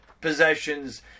possessions